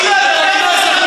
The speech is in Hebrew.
אילן,